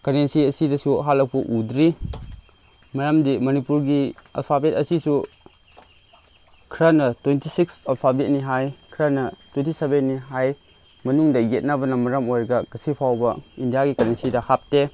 currency ꯑꯁꯤꯗꯁꯨ ꯍꯥꯞꯂꯛꯄ ꯎꯗ꯭ꯔꯤ ꯃꯔꯝꯗꯤ ꯃꯅꯤꯄꯨꯔꯒꯤ ꯑꯜꯐꯥꯕꯦꯠ ꯑꯁꯤꯁꯨ ꯈꯔꯅ ꯇ꯭ꯋꯦꯟꯇꯤ ꯁꯤꯛꯁ ꯑꯜꯐꯥꯕꯦꯠꯅꯤ ꯍꯥꯏ ꯈꯔꯅ ꯇ꯭ꯋꯦꯟꯇꯤ ꯁꯚꯦꯟꯅꯤ ꯍꯥꯏ ꯃꯅꯨꯡꯗ ꯌꯦꯠꯅꯕꯅ ꯃꯔꯝ ꯑꯣꯏꯔꯒ ꯉꯁꯤ ꯐꯥꯎꯕ ꯏꯟꯗꯤꯌꯥꯒꯤ ꯀꯔꯦꯟꯁꯤꯗ ꯍꯥꯞꯇꯦ